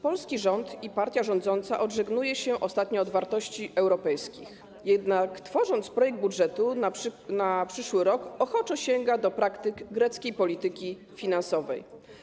Polski rząd i partia rządząca odżegnuje się ostatnio od wartości europejskich, jednak tworząc projekt budżetu na przyszły rok, ochoczo sięga do praktyk greckiej polityki finansowej.